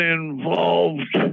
involved